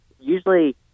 usually